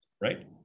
right